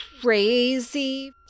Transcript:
crazy